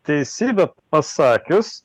teisybę pasakius